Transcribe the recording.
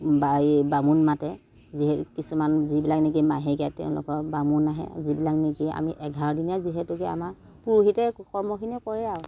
বামুণ মাতে কিছুমান যিবিলাক নেকি মাহেকীয়া তেওঁলোকৰ বামুণ আহে যিবিলাক নেকি আমি এঘাৰদিনীয়া যিবিলাক আমাৰ পুৰুহিতে কৰ্মখিনি কৰে আৰু